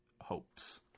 hopes